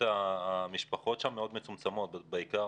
המשפחות שם מצומצמות מאוד,